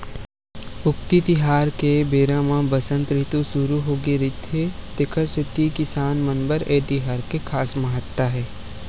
उक्ती तिहार के बेरा म बसंत रितु सुरू होगे रहिथे तेखर सेती किसान मन बर ए तिहार के खास महत्ता हे